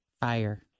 fire